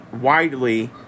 widely